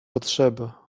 potrzeba